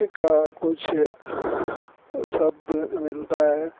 کا کچھ شبد ملتا ہے